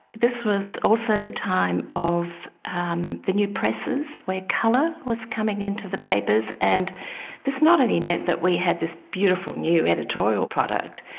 this was also the time of um the new presses, where colour was coming into the papers. and this not only meant that we had this beautiful new editorial product,